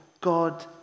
God